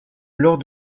lors